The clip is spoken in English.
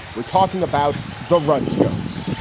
we're talking about the rudd scones.